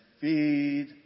feed